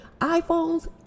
iPhones